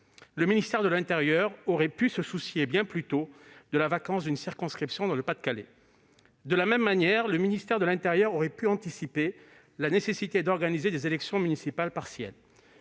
Le ministère de l'intérieur aurait pu se soucier bien plus tôt de la vacance d'une circonscription dans le Pas-de-Calais. Il aurait pu également anticiper la nécessité d'organiser des élections municipales partielles.